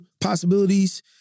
Possibilities